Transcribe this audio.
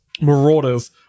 Marauders